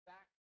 Back